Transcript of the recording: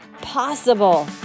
possible